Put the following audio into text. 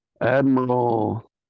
Admiral